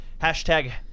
Hashtag